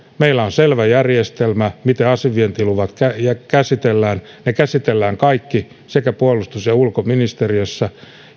meillä on selvä järjestelmä miten asevientiluvat käsitellään ne käsitellään kaikki sekä puolustus että ulkoministeriössä